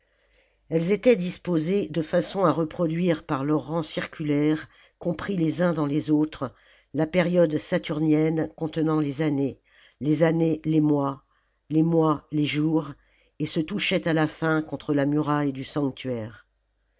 elles étaient disposées de façon à reproduire par leurs rangs circulaires compris les uns dans les autres la période saturnienne contenant les années les années les mois les mois les jours et se touchaient à la fin contre la muraille du sanctuaire